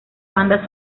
banda